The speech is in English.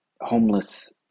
homeless